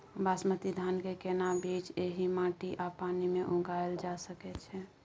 बासमती धान के केना बीज एहि माटी आ पानी मे उगायल जा सकै छै?